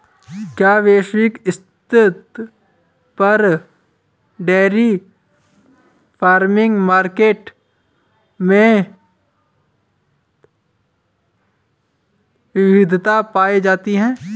क्या वैश्विक स्तर पर डेयरी फार्मिंग मार्केट में विविधता पाई जाती है?